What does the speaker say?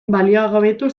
baliogabetu